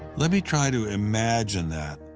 let me try to imagine that.